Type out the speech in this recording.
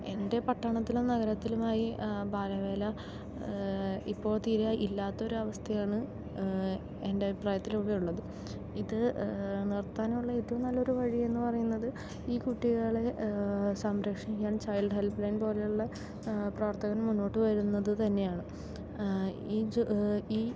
എൻ്റെ പട്ടണത്തിലും നഗരത്തിലുമായി ബാലവേല ഇപ്പോൾ തീരെ ഇല്ലാത്ത ഒരു അവസ്ഥയാണ് എൻ്റെ അഭിപ്രായത്തിൽ ഇവിടെ ഉള്ളത് ഇത് നിർത്താനുള്ള ഏറ്റവും നല്ലൊരു വഴി എന്ന് പറയുന്നത് ഈ കുട്ടികളെ സംരക്ഷിക്കാൻ ചൈൽഡ് ഹെല്പ് ലൈൻ പോലുള്ള പ്രവർത്തകർ മുന്നോട്ട് വരുന്നത് തന്നെയാണ് ഈ ജോ ഈ